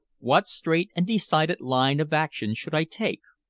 what straight and decided line of action should i take?